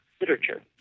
literature